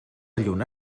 lluna